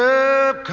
up